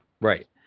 right